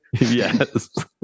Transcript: yes